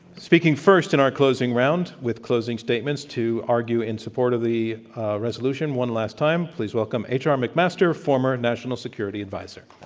speaking first in our closing round with closing statements to argue in support of the resolution, one last time, please welcome h. r. mcmaster, former national security advisor.